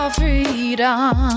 freedom